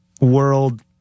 world